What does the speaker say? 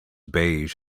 beige